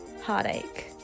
heartache